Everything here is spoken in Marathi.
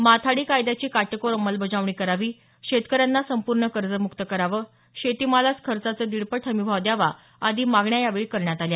माथाडी कायद्याची काटेकोर अंमबलबजावणी करावी शेतकऱ्यांना संपूर्ण कर्जमुक्त करावं शेतीमालास खर्चाचे दीडपट हमी भाव द्यावा आदी मागण्या यावेळी करण्यात आल्या